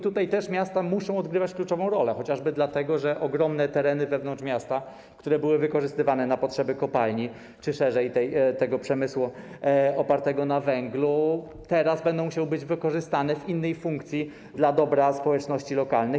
Tutaj też miasta muszą odgrywać kluczową rolę, chociażby dlatego, że ogromne tereny wewnątrz miasta, które były wykorzystywane na potrzeby kopalni czy też, mówiąc szerzej, przemysłu opartego na węglu, teraz będą musiały być wykorzystane w innej funkcji dla dobra społeczności lokalnych.